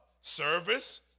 service